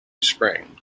spring